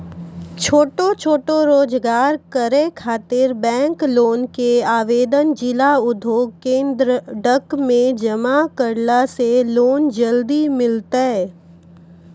छोटो छोटो रोजगार करै ख़ातिर बैंक लोन के आवेदन जिला उद्योग केन्द्रऽक मे जमा करला से लोन जल्दी मिलतै?